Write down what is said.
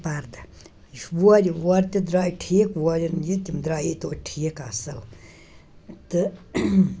پردٕ یہِ چھُ وورِ وورِ تہِ درٛاے ٹھیٖک وورٮ۪ن یہِ تِم درٛایے تویتہِ ٹھیٖک اَصٕل تہٕ